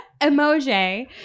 Emoji